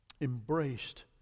Embraced